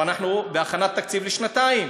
ואנחנו בהכנת תקציב לשנתיים